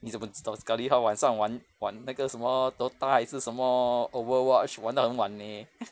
你怎么知道 sekali 他晚上玩玩那个什么 dota 还是什么 overwatch 玩到很晚 leh